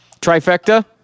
Trifecta